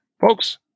folks